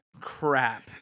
crap